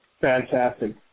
Fantastic